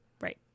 Right